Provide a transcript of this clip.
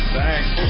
Thanks